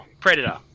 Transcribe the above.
Predator